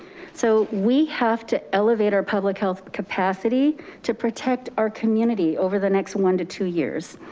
so we have to elevate our public health capacity to protect our community over the next one to two years.